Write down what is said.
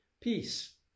peace